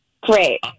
Great